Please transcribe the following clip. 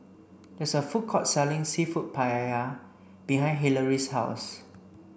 there is a food court selling Seafood Paella behind Hillery's house